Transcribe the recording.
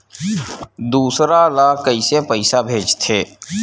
दूसरा ला कइसे पईसा भेजथे?